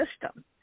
system